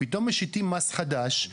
פתאום משיתים מס חדש,